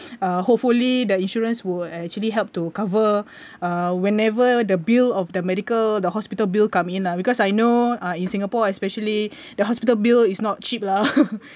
uh hopefully the insurance will actually help to cover uh whenever the bill of the medical the hospital bill come in lah because I know ah in singapore especially the hospital bill is not cheap lah